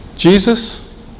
Jesus